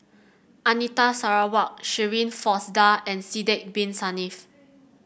Anita Sarawak Shirin Fozdar and Sidek Bin Saniff